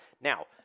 Now